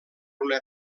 una